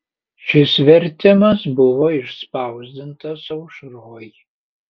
šis vertimas buvo išspausdintas aušroj